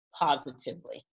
positively